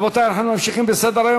רבותי, אנחנו ממשיכים בסדר-היום.